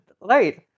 right